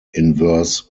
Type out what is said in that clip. inverse